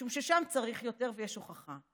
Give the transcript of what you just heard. משום ששם צריך יותר ויש הוכחה.